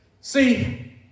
See